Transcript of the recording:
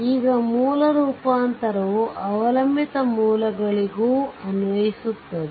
ಈಗ ಮೂಲ ರೂಪಾಂತರವು ಅವಲಂಬಿತ ಮೂಲಗಳಿಗೂ ಅನ್ವಯಿಸುತ್ತದೆ